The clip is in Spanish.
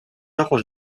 ojos